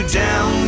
down